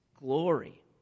glory